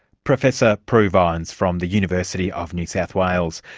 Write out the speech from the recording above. professor prue vines from the university of new south wales.